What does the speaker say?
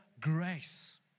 grace